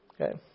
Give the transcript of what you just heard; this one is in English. Okay